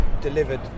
delivered